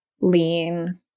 lean